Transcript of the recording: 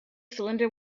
cylinder